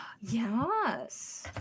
Yes